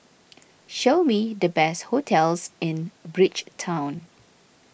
show me the best hotels in Bridgetown